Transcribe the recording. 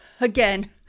Again